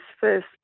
first